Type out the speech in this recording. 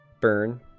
Burn